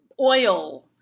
oil